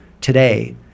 today